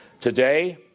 Today